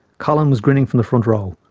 colin was grinning from the front row.